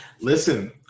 listen